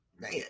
man